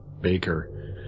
Baker